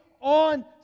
on